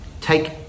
take